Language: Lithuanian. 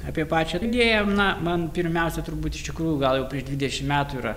apie pačią leidėjam na man pirmiausia turbūt iš tikrųjų gal jau prieš dvidešimt metų yra